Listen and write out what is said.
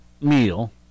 meal